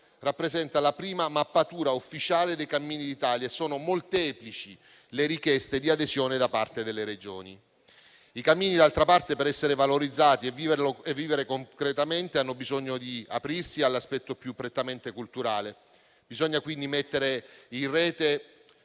rappresenta la prima mappatura ufficiale dei cammini d'Italia e sono molteplici le richieste di adesione da parte delle Regioni. I cammini, d'altra parte, per essere valorizzati e vivere concretamente hanno bisogno di aprirsi all'aspetto più prettamente culturale. Bisogna quindi mettere in rete